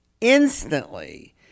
instantly